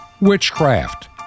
witchcraft